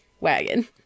wagon